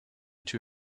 two